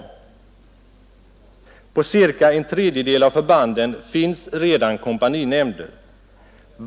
På ca en tredjedel av förbanden finns redan kompaninämnder.